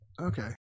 Okay